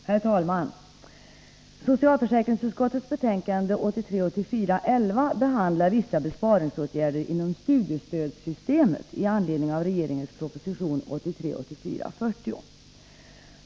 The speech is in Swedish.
Herr talman! Socialförsäkringsutskottets betänkande 11 behandlar vissa besparingsåtgärder inom studiestödssystemet med anledning av regeringens proposition 1983/84:40.